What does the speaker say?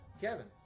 Kevin